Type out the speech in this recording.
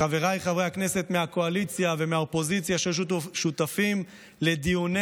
לחבריי חברי הכנסת מהקואליציה ומהאופוזיציה שהיו שותפים לדיוני